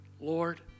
Lord